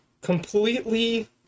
completely